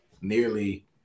nearly